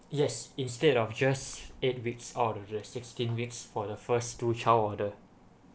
yes instead of just eight weeks all sixteen weeks for the first two child order